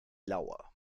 lauer